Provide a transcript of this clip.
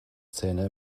zähne